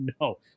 No